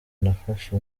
nafashe